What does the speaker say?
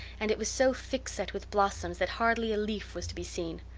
and it was so thick-set with blossoms that hardly a leaf was to be seen.